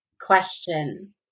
question